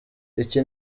iki